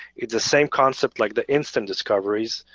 it's the same concept like the instant discoveries.